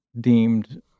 deemed